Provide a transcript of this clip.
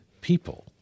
people